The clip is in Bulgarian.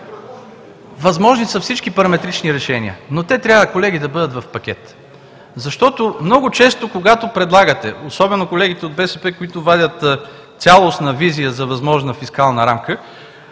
Възможни са всички параметрични решения, но те трябва, колеги, да бъдат в пакет. Защото много често, когато предлагате, особено колегите от БСП, които вадят цялостна визия за възможна фискална рамка,